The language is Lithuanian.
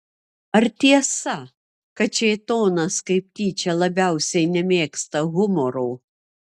ar tiesa kad šėtonas kaip tyčia labiausiai nemėgsta humoro